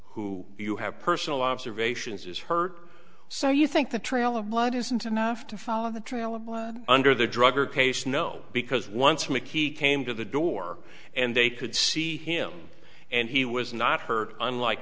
who you have personal observations is hurt so you think the trail of blood isn't enough to follow the trail of under the drug or case no because once mickey came to the door and they could see him and he was not hurt unlike